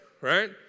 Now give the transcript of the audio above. right